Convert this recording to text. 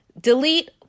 delete